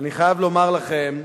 אני חייב לומר לכם,